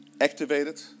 activated